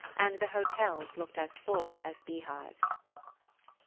and the hotels looked as full as beehives.